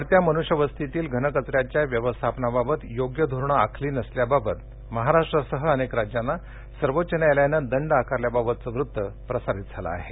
वाढत्या मनुष्यवस्तीतील घनकचऱ्याच्या व्यवस्थापनाबाबत योग्य धोरण आखले नसल्याबाबत महाराष्ट्रासह अनेक राज्यांना सर्वोच्च न्यायालयाने दंड आकारल्याबाबतचं वृत्त प्रसारित झालं आहे